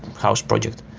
house project.